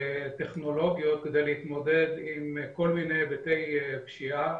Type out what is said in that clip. טכנולוגיות כדי להתמודד עם כל מיני היבטי פשיעה,